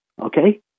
okay